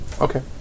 Okay